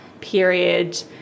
period